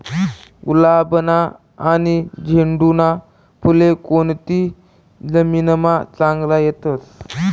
गुलाबना आनी झेंडूना फुले कोनती जमीनमा चांगला येतस?